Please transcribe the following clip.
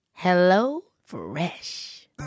HelloFresh